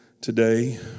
today